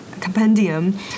compendium